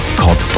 called